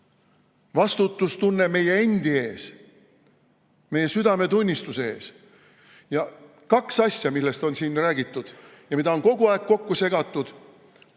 Vastutustunne meie endi ees, meie südametunnistuse ees. Ja kaks asja, millest on siin ka räägitud ja mida on kogu aeg kokku segatud,